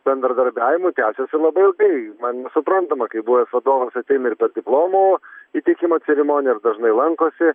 bendradarbiavimu tęsiasi labai ilgai man nesuprantama kaip buvęs vadovas ateina ir per diplomų įteikimo ceremoniją ir dažnai lankosi